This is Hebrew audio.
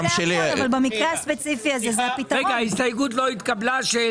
הצבעה ההסתייגות לא נתקבלה ההסתייגות לא התקבלה.